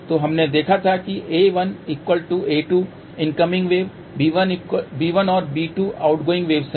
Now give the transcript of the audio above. तो हमने देखा था कि a1 और a2 इनकमिंग वेव्स b1 और b2 आउटगोइंग वेव्स हैं